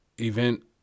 event